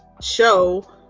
show